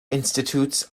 institutes